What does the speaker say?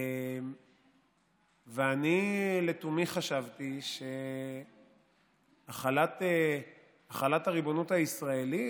ואני לתומי חשבתי שהחלת הריבונות הישראלית,